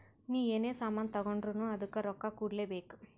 ನೀ ಎನೇ ಸಾಮಾನ್ ತಗೊಂಡುರ್ನೂ ಅದ್ದುಕ್ ರೊಕ್ಕಾ ಕೂಡ್ಲೇ ಬೇಕ್